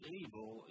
evil